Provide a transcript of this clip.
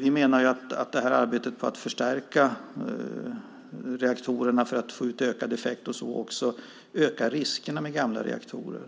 Vi menar att arbetet med att förstärka reaktorerna för att få ut ökad effekt också ökar riskerna med gamla reaktorer.